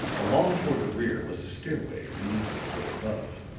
along toward the rear was a stairway leading to the floor above.